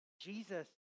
Jesus